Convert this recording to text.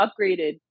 upgraded